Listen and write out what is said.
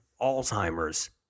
Alzheimer's